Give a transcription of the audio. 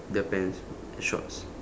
the pants the shorts